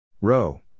Row